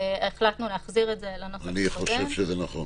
החלטנו להחזיר את זה ל --- אני חושב שזה נכון.